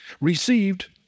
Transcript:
received